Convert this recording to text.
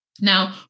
Now